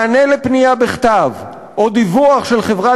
מענה על פנייה בכתב או דיווח של חברה